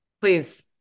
please